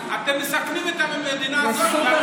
בבקשה.